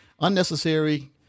unnecessary